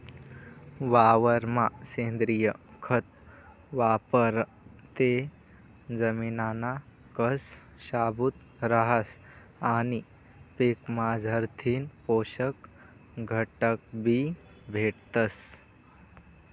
वावरमा सेंद्रिय खत वापरं ते जमिनना कस शाबूत रहास आणि पीकमझारथीन पोषक घटकबी भेटतस